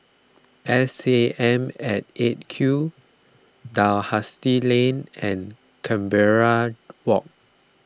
S A M at eight Q Dalhousie Lane and Canberra Walk